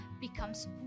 becomes